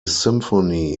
symphony